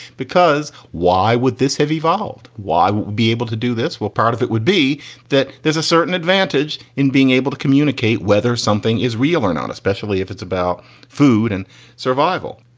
because why would this have evolved? why would we be able to do this? well, part of it would be that there's a certain advantage in being able to communicate whether something is real or not, especially if it's about food and survival.